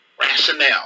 Rationale